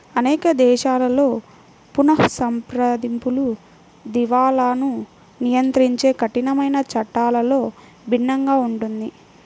అనేక దేశాలలో పునఃసంప్రదింపులు, దివాలాను నియంత్రించే కఠినమైన చట్టాలలో భిన్నంగా ఉంటుంది